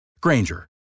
Granger